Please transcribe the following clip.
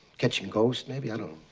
catching ghosts, maybe? i dunno.